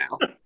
now